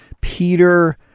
Peter